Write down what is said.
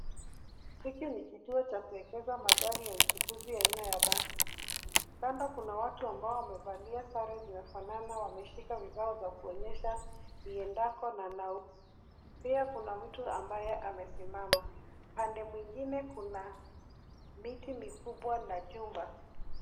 Hiki ni kituo cha kuegeza magari ya uchukuzi aina ya basi. Kando, kuna watu ambao wamevalia sare zinafanana, wameshika vibao za kuonyesha iendako na nauli. Pia kuna mtu ambaye amesimama. Pande mwingine kuna miti mikubwa na jumba.